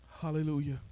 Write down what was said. Hallelujah